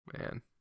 man